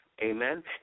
Amen